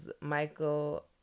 Michael